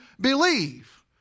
believe